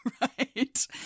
Right